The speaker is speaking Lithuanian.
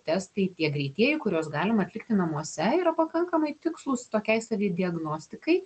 testai tie greitieji kuriuos galima atlikti namuose yra pakankamai tikslūs tokiai savidiagnostikai